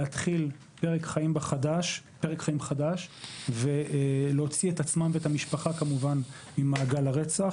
להתחיל פרק חיים חדש ולהוציא את עצמם ואת המשפחה כמובן ממעגל הרצח,